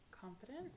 Confident